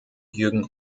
jürgen